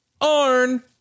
Arn